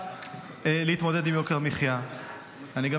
עושה כדי להתמודד עם יוקר המחיה.